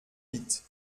vite